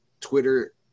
Twitter